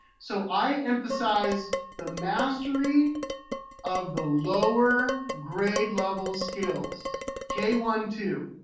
so i emphasize the mastery of the lower grade level skills k, one, two.